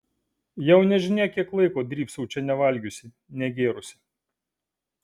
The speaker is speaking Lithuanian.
jau nežinia kiek laiko drybsau čia nevalgiusi negėrusi